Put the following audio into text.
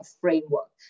framework